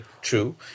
True